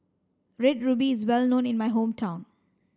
red ruby is well known in my hometown